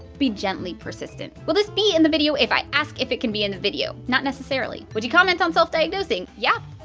be gently persistent will this be in the video if i ask if it can be in the video? not necessarily would you comment on self-diagnosing? yeah